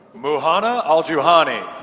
muhana aljuhani